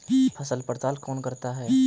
फसल पड़ताल कौन करता है?